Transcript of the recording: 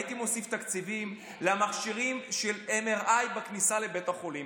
הייתי מוסיף תקציבים למכשירי MRI בכניסה לבית החולים.